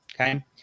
okay